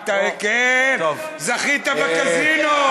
כן, זכית בקזינו.